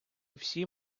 всі